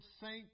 saint